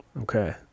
Okay